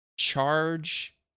charge